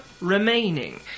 remaining